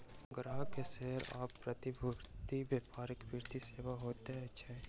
ग्राहक के शेयर आ प्रतिभूति व्यापार वित्तीय सेवा होइत अछि